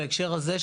בהקשר הזה,